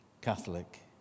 Catholic